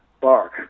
bark